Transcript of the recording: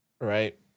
Right